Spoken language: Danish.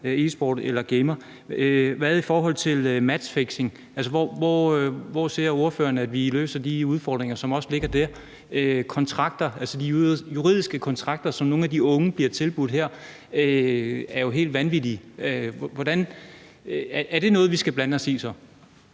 e-sport eller gamer. Hvad med matchfixing? Altså, hvordan ser ordføreren at vi løser de udfordringer, som også ligger der? Altså, de juridiske kontrakter, som nogle af de unge bliver tilbudt, er jo helt vanvittige. Er det noget, vi skal blande os i så?